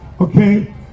okay